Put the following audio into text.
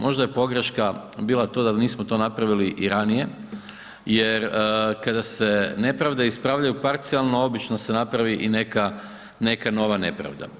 Možda je pogreška bila to da nismo to napravili i ranije jer kada se nepravda ispravljaju parcijalno obično se napravi i neka, neka nova nepravda.